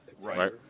right